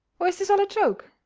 or is this all a joke?